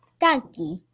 donkey